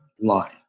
line